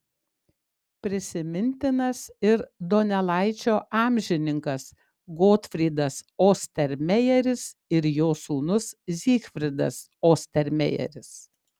prisimintinas ir donelaičio amžininkas gotfrydas ostermejeris ir jo sūnus zygfridas ostermejeris